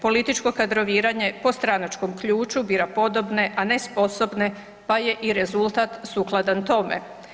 Političko kadroviranje po stranačkom ključu bira podobne, a ne sposobne pa je i rezultat sukladan tome.